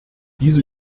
diese